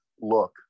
look